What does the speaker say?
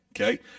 okay